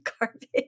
garbage